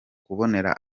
kubonera